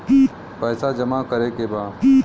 पैसा जमा करे के बा?